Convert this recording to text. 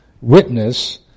witness